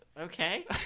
Okay